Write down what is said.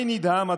אני נדהם,